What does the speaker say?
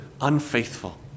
unfaithful